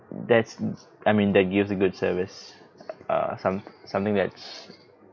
that's mm I mean that gives a good service uh some something that's